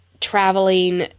traveling